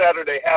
Saturday